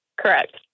Correct